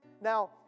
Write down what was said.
Now